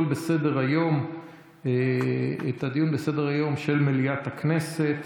בסדר-היום את הדיון בסדר-היום של מליאת הכנסת.